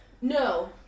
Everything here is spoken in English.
no